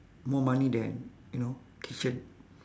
more money than you know kitchen